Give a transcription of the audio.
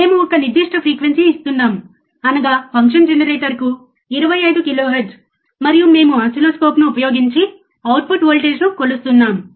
మేము ఒక నిర్దిష్ట ఫ్రీక్వెన్సీ ఇస్తున్నాము అనగా ఫంక్షన్జనరేటర్కు 25 కిలోహెర్ట్జ్ మరియు మేము ఓసిల్లోస్కోప్ను ఉపయోగించి అవుట్పుట్ వోల్టేజ్ను కొలుస్తున్నాము